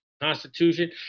constitution